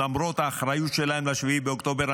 למרות האחריות שלהם ל-7 באוקטובר.